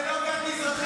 ולא כי את מזרחית,